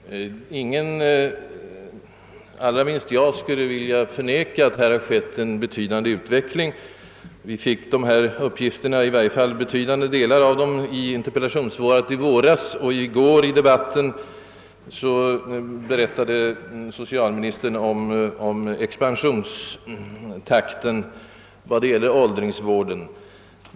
Herr talman! Ingen, allra minst jag, skulle vilja förneka att en betydande utveckling har skett inom de vårdområden vi här diskuterar, Vi fick stora delar av de uppgifter socialministern nu lämnade redan i det interpellationssvar som avgavs i våras. Socialministern berättade också i går under remissdebatten om expansionstakten inom åldringsvården.